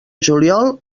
juliol